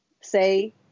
say